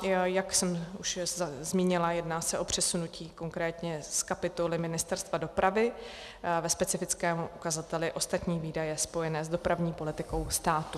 A jak jsem už zmínila, jedná se o přesunutí konkrétně z kapitoly Ministerstva dopravy ze specifického ukazatele ostatní výdaje spojené s dopravní politikou státu.